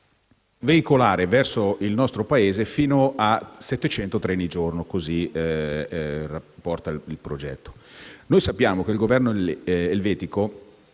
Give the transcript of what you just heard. veicolare verso il nostro Paese fino a 700 treni al giorno (così è riportato nel progetto). Sappiamo che il Governo elvetico